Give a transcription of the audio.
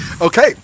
Okay